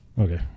Okay